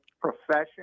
profession